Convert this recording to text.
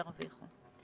ירוויחו.